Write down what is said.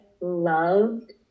loved